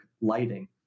lighting